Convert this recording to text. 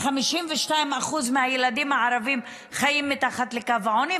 ש-52% מהילדים הערבים חיים מתחת לקו העוני,